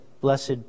blessed